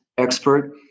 Expert